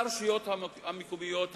לרשויות המקומיות החלשות.